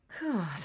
God